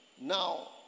Now